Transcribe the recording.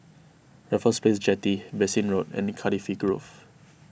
Raffles Place Jetty Bassein Road and Cardifi Grove